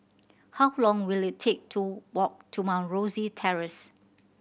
how long will it take to walk to Mount Rosie Terrace